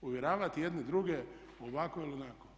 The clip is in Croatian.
Uvjeravati jedni druge ovako ili onako.